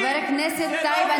חבר הכנסת טייב,